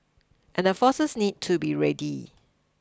and forces need to be ready